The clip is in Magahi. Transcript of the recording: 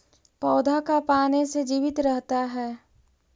पौधा का पाने से जीवित रहता है?